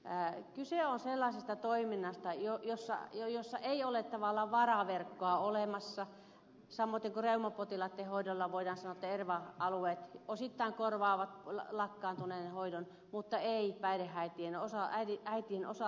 kyse on sellaisesta toiminnasta jossa ei ole tavallaan varaverkkoa olemassa samaten kuin reumapotilaitten hoidosta voidaan sanoa että erva alueet osittain korvaavat lakkaantuneen hoidon mutta ei päihdeäitien osalta